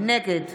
נגד